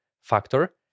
factor